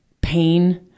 pain